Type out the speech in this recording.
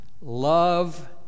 Love